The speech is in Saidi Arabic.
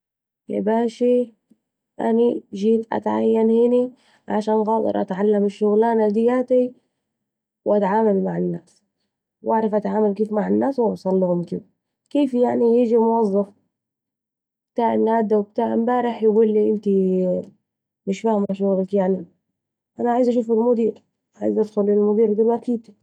يا باشي أنا جيت اتعين هني علشان اتعلم الشغلانه دياتي و اتعامل مع الناس و أعرف كيف اتعامل مع الناس و اوصلهم كيف ، كيف يعني يجي موظف بتاع انهدي و و بتاع امبارح يقولي أنتِ مش فاهمه شغلك يعني أنا عايزة أدخل للمدير دلوقتي